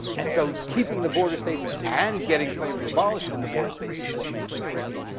and so, keeping the border states and getting slavery abolished in the border states is what makes it tricky,